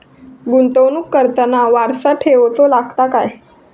गुंतवणूक करताना वारसा ठेवचो लागता काय?